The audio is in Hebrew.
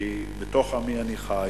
כי בתוך עמי אני חי.